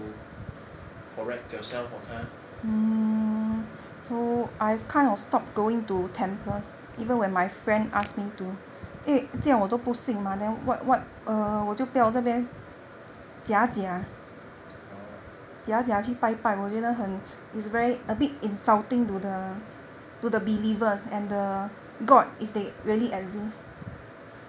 correct yourself oh